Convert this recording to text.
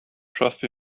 trust